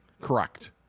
correct